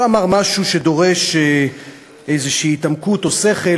לא אמר משהו שדורש איזו התעמקות או שכל,